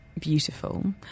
Beautiful